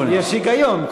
יש היגיון.